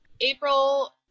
April